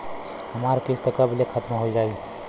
हमार किस्त कब ले खतम होई?